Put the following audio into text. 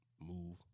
move